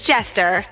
Jester